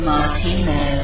Martino